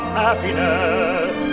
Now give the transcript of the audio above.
happiness